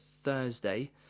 Thursday